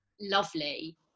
lovely